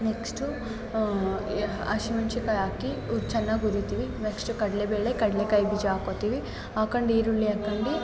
next ಹಶಿಮೆಣ್ಶಿಕಾಯ್ ಹಾಕಿ ಉ ಚೆನ್ನಾಗಿ ಹುರಿತೀವಿ ನೆಕ್ಸ್ಟು ಕಡಲೆ ಬೇಳೆ ಕಡ್ಲೆಕಾಯಿ ಬೀಜ ಹಾಕ್ಕೋತೀವಿ ಹಾಕ್ಕಂಡ್ ಈರುಳ್ಳಿ ಹಾಕ್ಕಂಡಿ